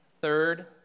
third